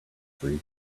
free